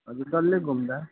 हजुर डल्लै घुम्दा